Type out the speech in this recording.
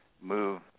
move